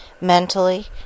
mentally